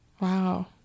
Wow